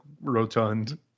rotund